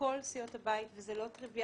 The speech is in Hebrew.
מכל סיעות הבית וזה לא טריוויאלי.